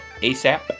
ASAP